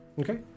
Okay